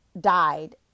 died